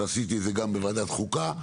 ועשיתי את זה גם בוועדת החוקה,